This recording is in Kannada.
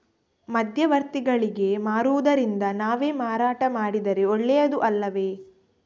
ಮಧ್ಯವರ್ತಿಗಳಿಗೆ ಮಾರುವುದಿಂದ ನಾವೇ ಮಾರಾಟ ಮಾಡಿದರೆ ಒಳ್ಳೆಯದು ಅಲ್ಲವೇ?